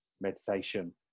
meditation